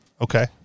Okay